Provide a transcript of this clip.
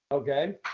okay